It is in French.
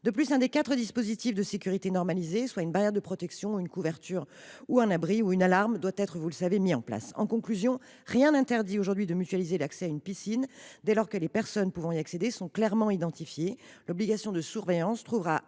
l’un des quatre dispositifs de sécurité normalisés – barrière de protection, couverture, abri ou alarme – doit être mis en place. Autrement dit, rien n’interdit aujourd’hui de mutualiser l’accès à une piscine, dès lors que les personnes pouvant y accéder sont clairement identifiées. L’obligation de surveillance trouvera